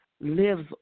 lives